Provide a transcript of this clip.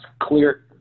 clear